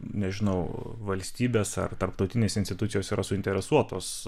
nežinau valstybės ar tarptautinės institucijos yra suinteresuotos